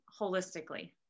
holistically